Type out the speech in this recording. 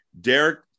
Derek